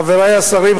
חברי השרים,